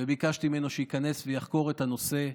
וביקשתי ממנו שייכנס ויחקור את הנושא.